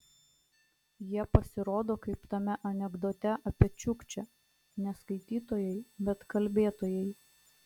jie pasirodo kaip tame anekdote apie čiukčę ne skaitytojai bet kalbėtojai